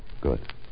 Good